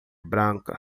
branca